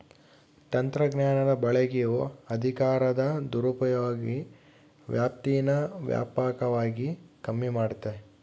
ತಂತ್ರಜ್ಞಾನದ ಬಳಕೆಯು ಅಧಿಕಾರದ ದುರುಪಯೋಗದ ವ್ಯಾಪ್ತೀನಾ ವ್ಯಾಪಕವಾಗಿ ಕಮ್ಮಿ ಮಾಡ್ತತೆ